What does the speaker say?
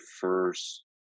first